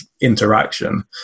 interaction